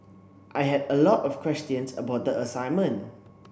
I had a lot of questions about the assignment